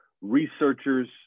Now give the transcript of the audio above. researchers